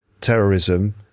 terrorism